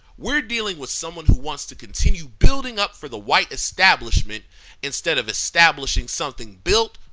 we're dealing with someone who wants to continue building up for the white establishment instead of establishing something built,